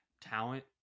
talent